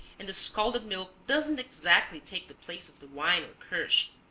and the scalded milk doesn't exactly take the place of the wine or kirsch.